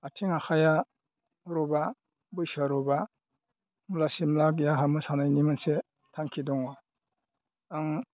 आथिं आखाइया रबा बैसोआ रबा होमब्लासिमलागि आंहा मोसानायनि मोनसे थांखि दङ आं